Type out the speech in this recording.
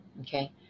okay